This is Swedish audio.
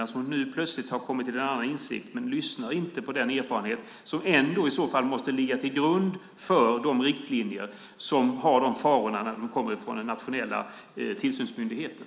Nu har hon plötsligt kommit till en annan insikt men lyssnar inte på den erfarenhet som i så fall måste ligga till grund för de riktlinjer som har de farorna när de kommer från den nationella tillsynsmyndigheten.